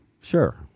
Sure